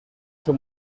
son